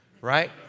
right